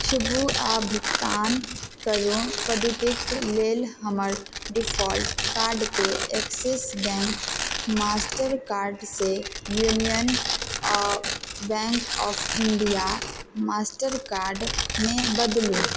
छुबू आ भुगतान करू पद्धतिक लेल हमर डिफ़ॉल्ट कार्डके एक्सिस बैंक मास्टर कार्ड से Union Bank of India master कार्डमे बदलु